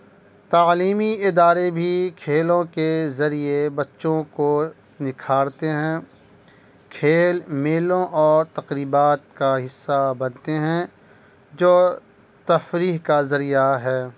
تعلیمی ادارے بھی کھیلوں کے ذریعے بچوں کو نکھارتے ہیں کھیل میلوں اور تقریبات کا حصہ بنتے ہیں جو تفریح کا ذریعہ ہے